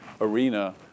arena